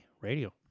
Radio